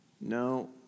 No